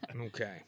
Okay